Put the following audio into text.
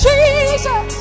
Jesus